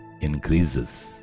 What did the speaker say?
increases